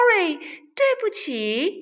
sorry,对不起。